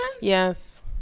Yes